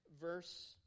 verse